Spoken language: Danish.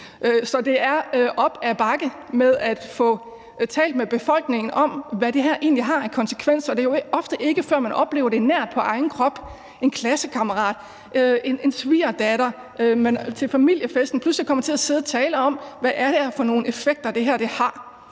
Så det er op ad bakke med at få talt med befolkningen om, hvad det her egentlig har af konsekvenser. Og det ser man jo ofte ikke, før man oplever det nært på egen krop – en klassekammerat eller en svigerdatter, når man til familiefesten pludselig kommer til at sidde og tale om, hvad det er for nogle effekter, det her har.